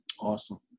Awesome